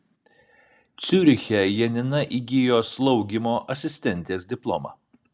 ciuriche janina įgijo slaugymo asistentės diplomą